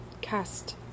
cast